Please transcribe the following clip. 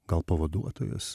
gal pavaduotojas